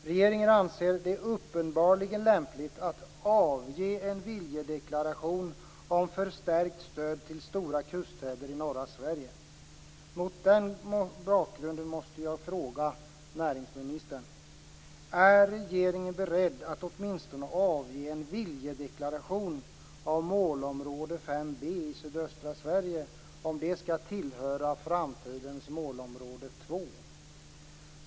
Regeringen anser uppenbarligen att det är lämpligt att avge en viljedeklaration om förstärkt stöd till stora kuststäder i norra Sverige. Mot den bakgrunden måste jag fråga näringsministern om regeringen är beredd att åtminstone avge en viljedeklaration om att målområde 5 b i sydöstra Sverige skall tillhöra framtidens målområde 2.